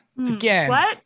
Again